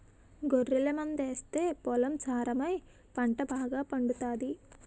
గొర్రెల మందాస్తే పొలం సారమై పంట బాగాపండుతాది